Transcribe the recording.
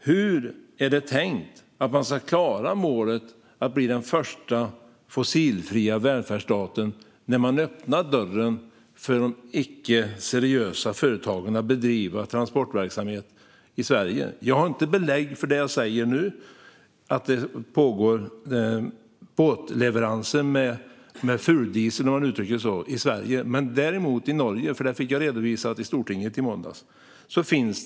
Hur är det tänkt att man ska klara målet att bli den första fossilfria välfärdsstaten när man öppnar dörren för oseriösa företag att bedriva transportverksamhet i Sverige? Jag har inte belägg för att det pågår båtleveranser med fuldiesel i Sverige. Men jag har belägg för att det pågår i Norge, för det fick jag redovisat för mig i stortinget i måndags.